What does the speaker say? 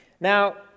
Now